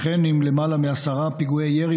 וכן עם יותר מעשרה פיגועי ירי,